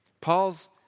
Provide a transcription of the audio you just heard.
Paul's